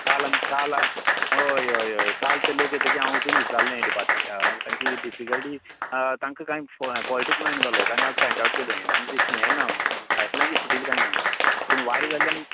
काल आमी काल हय हय काल तें लोक येतकगीर हांव वचून विचारल्लें डिपार्टमेंटाक तांची डिफीकल्टी तांकां काय फोल्टूच मेळना जालो हांवें फांयड आवट केलें तांचे अशें ये ना पायप लायन फुटल्लीं काय ना पूण वारें जाल्ल्यान